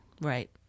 Right